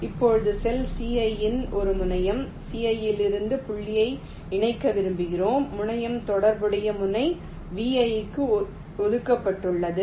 இப்போது cell ci யில் ஒரு முனையம் ciயிலிருந்து புள்ளியை இணைக்க விரும்புகிறேன் முனையம் தொடர்புடைய முனை vi க்கு ஒதுக்கப்பட்டுள்ளது